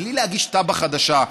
בלי להגיש תב"ע חדשה,